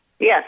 Yes